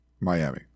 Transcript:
Miami